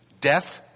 death